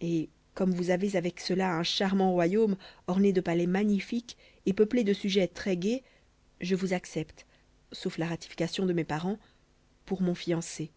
et comme vous avez avec cela un charmant royaume orné de palais magnifiques et peuplé de sujets très gais je vous accepte sauf la ratification de mes parents pour mon fiancé